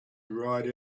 ride